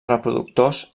reproductors